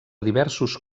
diversos